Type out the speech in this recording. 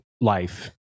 life